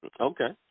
Okay